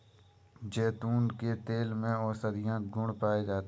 जैतून के तेल में औषधीय गुण पाए जाते हैं